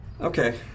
Okay